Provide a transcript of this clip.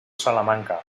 salamanca